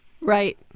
Right